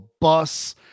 bus